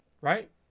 right